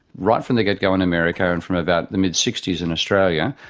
right from the get-go in america and from about the mid sixty s in australia,